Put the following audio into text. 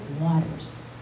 waters